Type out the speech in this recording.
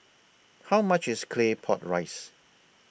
How much IS Claypot Rice